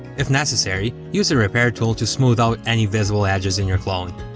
if necessary, use the repair tool to smooth out any visible edges in your clone.